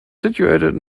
situated